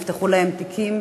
נפתחו להם תיקים,